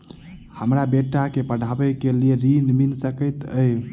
हमरा बेटा केँ पढ़ाबै केँ लेल केँ ऋण मिल सकैत अई?